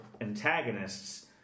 antagonists